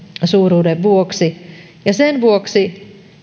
suuruuden vuoksi ja sen vuoksi